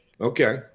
Okay